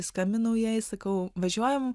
skambinau jai sakau važiuojam